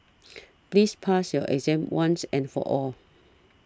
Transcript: please pass your exam once and for all